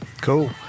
Cool